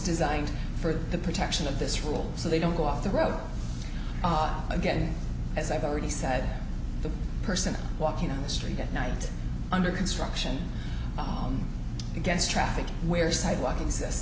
designed for the protection of this rule so they don't go off the road again as i've already said the person walking on the street at night and under construction against traffic where sidewalk exist